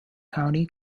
county